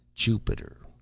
jupiter.